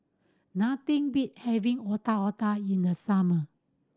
nothing beat having Otak Otak in the summer